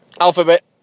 Alphabet